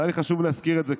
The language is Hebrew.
היה לי חשוב להזכיר את זה,